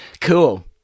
Cool